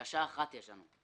בקשה אחת יש לנו: